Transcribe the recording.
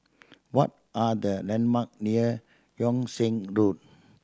what are the landmark near Yung Sheng Road